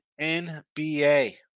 NBA